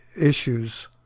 issues